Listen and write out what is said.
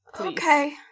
Okay